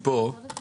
זה לא רק